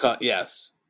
Yes